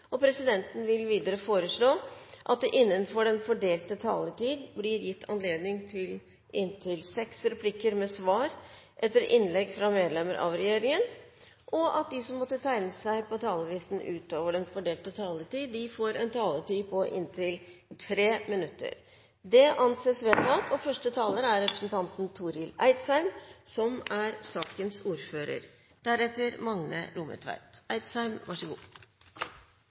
Presidenten vil videre foreslå at det blir gitt anledning til seks replikker med svar etter innlegg fra medlem av regjeringen innenfor den fordelte taletid. Videre vil presidenten foreslå at de som måtte tegne seg på talerlisten utover den fordelte taletid, får en taletid på inntil 3 minutter. – Det anses vedtatt.